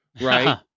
right